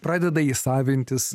pradeda jį savintis